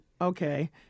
okay